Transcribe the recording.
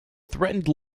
threatened